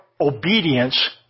obedience